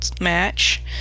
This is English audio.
match